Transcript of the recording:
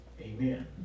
Amen